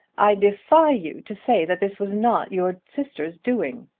i defy you to say that this was not your sister's doing.